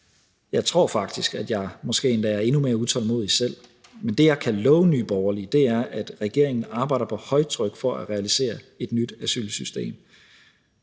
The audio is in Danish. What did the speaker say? Jeg tror faktisk, at jeg måske endda er endnu mere utålmodig selv, men det, jeg kan love Nye Borgerlige, er, at regeringen arbejder på højtryk for at realisere et nyt asylsystem.